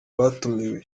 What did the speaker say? batumiwe